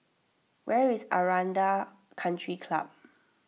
where is Aranda Country Club